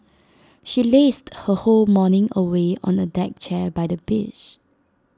she lazed her whole morning away on A deck chair by the beach